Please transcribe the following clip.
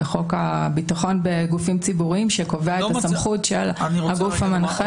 לחוק הביטחון בגופים ציבוריים שקובע את הסמכות של הגוף המנחה?